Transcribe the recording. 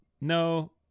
No